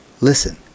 Listen